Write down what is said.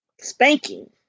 spanking